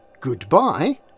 goodbye